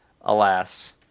alas